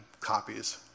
copies